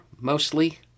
mostly